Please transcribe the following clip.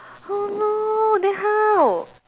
oh no then how